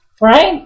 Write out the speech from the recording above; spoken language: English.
Right